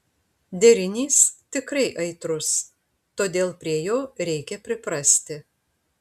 derinys tikrai aitrus todėl prie jo reikia priprasti